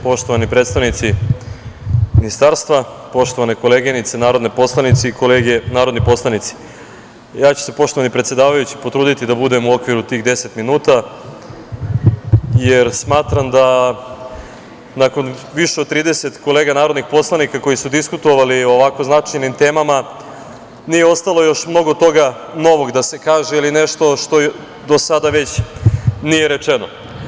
Poštovani predstavnici Ministarstva, poštovane koleginice narodne poslanice i kolege narodni poslanici, ja ću se, poštovani predsedavajući, potruditi da budem u okviru tih 10 minuta, jer smatram da nakon više od 30 kolega narodnih poslanika, koji su diskutovali o ovako značajnim temama, nije ostalo još mnogo toga novog da se kaže ili nešto što do sada već nije rečeno.